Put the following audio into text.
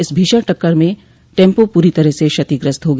इस भीषण टक्कर में टेम्पों पूरी तरह से क्षतिग्रस्त हो गया